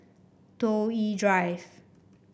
Toh Yi Drive